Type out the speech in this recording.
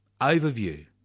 overview